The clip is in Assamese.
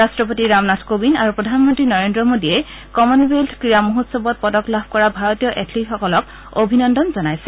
ৰাট্টপতি ৰামনাথ কোবিন্দ আৰু প্ৰধানমন্ত্ৰী নৰেন্দ্ৰ মোদীয়ে কমনৱেলথ ক্ৰীড়া মহোৎসৱত পদক লাভ কৰা ভাৰতীয় এথলীট সকলক অভিনন্দন জনাইছে